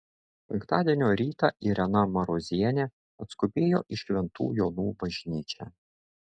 penktadienio rytą irena marozienė atskubėjo į šventų jonų bažnyčią